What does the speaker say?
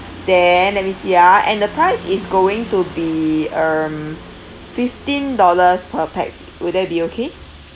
then let me see ah and the price is going to be um fifteen dollars per pax would that be okay